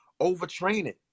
overtraining